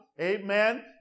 Amen